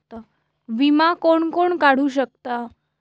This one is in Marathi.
विमा कोण कोण काढू शकता?